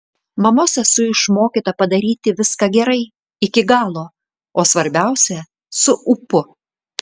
mamos esu išmokyta padaryti viską gerai iki galo o svarbiausia su ūpu